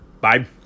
Bye